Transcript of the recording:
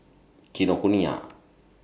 Kinokuniya